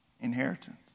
Inheritance